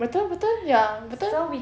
betul betul ya betul